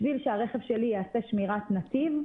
בשביל שהרכבת שלי יעשה שמירת נתיב,